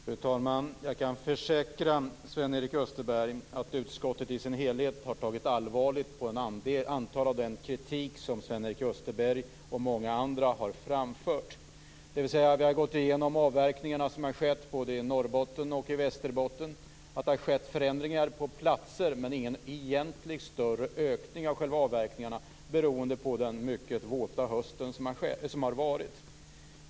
Fru talman! Jag kan försäkra Sven-Erik Österberg att utskottet i sin helhet har tagit allvarligt på delar av den kritik som Sven-Erik Österberg och många andra har framfört. Vi har gått igenom de avverkningar som har skett, både i Norrbotten och i Västerbotten. Det har skett förändringar på vissa platser men egentligen ingen större ökning av avverkningarna, vilket beror på den mycket våta höst som vi har haft.